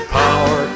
power